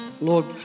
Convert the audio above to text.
Lord